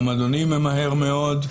גם אדוני ממהר מאוד.